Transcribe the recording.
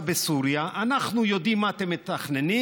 בסוריה: אנחנו יודעים מה אתם מתכננים.